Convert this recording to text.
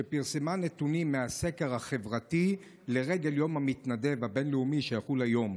שפרסמה נתונים מהסקר החברתי לרגל יום המתנדב הבין-לאומי שיחול היום: